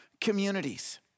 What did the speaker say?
communities